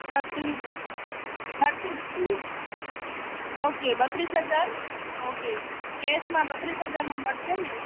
thirty thirty two okay બત્રીસ હજાર okay કૅશમાં બત્રીસ હજારમાં મળશે ને